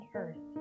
earth